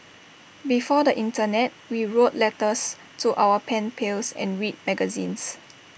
before the Internet we wrote letters to our pen pals and read magazines